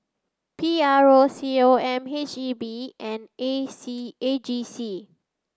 P R O C O M H E B and A C A G C